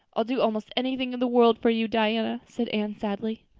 i'd do almost anything in the world for you, diana, said anne sadly.